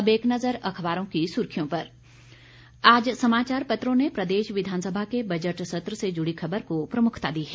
अब एक नजर अखबारों की सुर्खियों पर आज समाचार पत्रों ने प्रदेश विधानसभा के बजट सत्र से जुड़ी खबर को प्रमुखता दी है